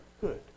good